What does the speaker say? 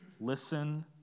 listen